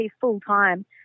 full-time